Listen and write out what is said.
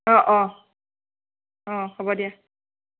অঁ অঁ অঁ হ'ব দিয়া